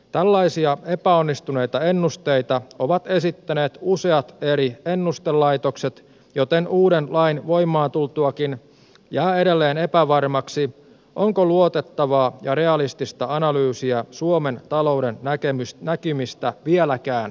tällaisia epäonnistuneita ennusteita ovat esittäneet useat eri ennustelaitokset joten uuden lain voimaan tultuakin jää edelleen epävarmaksi onko luotettavaa ja realistista analyysia suomen talouden näkymistä vieläkään tarjolla